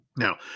Now